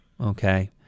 Okay